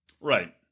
Right